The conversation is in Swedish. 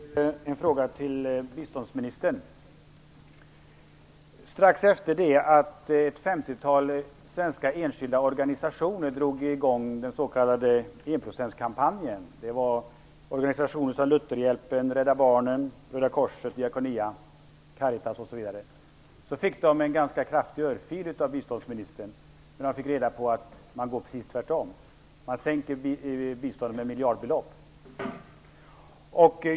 Fru talman! Jag har en fråga till biståndsministern. Strax efter det att ett femtiotal svenska enskilda organisationer drog i gång den s.k. enprocentskampanjen - det var Lutherhjälpen, Rädda Barnen, Röda korset, Diakonia, Caritas, osv. - fick de en ganska kraftig örfil av biståndsministern när de fick reda på att man skulle göra precis tvärtom och sänka biståndet med miljardbelopp.